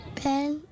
ben